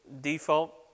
default